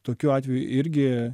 tokiu atveju irgi